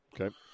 Okay